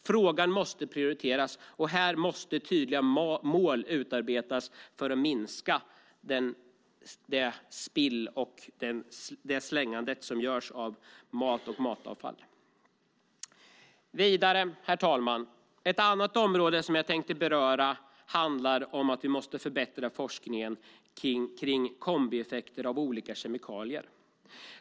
Frågan måste prioriteras och tydliga mål utarbetas för att minska det slängande av mat och matavfall som nu sker. Herr talman! Ett annat område som jag tänkte beröra handlar om att vi måste förbättra forskningen om kombieffekter av olika kemikalier.